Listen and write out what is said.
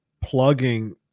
plugging